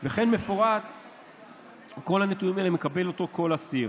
את כל הנתונים האלה מקבל כל אסיר.